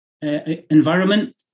environment